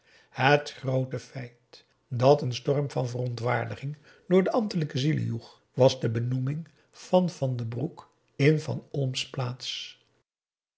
het groote feit dat een storm van verontwaardiging door de ambtelijke zielen joeg was de benoeming van van den broek in van olm's plaats